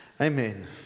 Amen